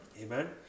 Amen